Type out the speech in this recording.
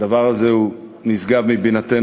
הדבר הזה הוא נשגב מבינתנו,